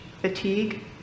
fatigue